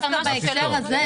דווקא בהקשר הזה,